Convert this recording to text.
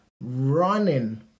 running